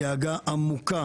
בנימה אישית,